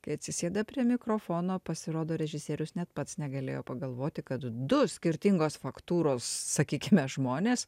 kai atsisėda prie mikrofono pasirodo režisierius net pats negalėjo pagalvoti kad du skirtingos faktūros sakykime žmonės